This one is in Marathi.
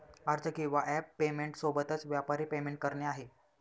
अर्ज किंवा ॲप पेमेंट सोबतच, व्यापारी पेमेंट करणे आहे